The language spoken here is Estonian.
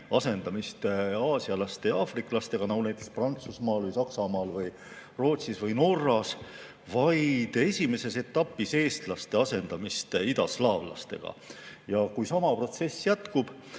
asendamist aasialaste ja aafriklastega nagu Prantsusmaal, Saksamaal, Rootsis või Norras, vaid esimeses etapis eestlaste asendamist idaslaavlastega. Kui sama protsess jätkub,